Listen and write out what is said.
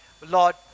Lord